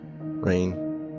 Rain